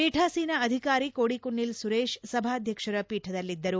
ಪೀಠಾಸೀನ ಅಧಿಕಾರಿ ಕೋಡಿಕುನ್ನಿಲ್ ಸುರೇಶ್ ಸಭಾಧ್ಯಕ್ಷರ ಪೀಠದಲ್ಲಿದ್ದರು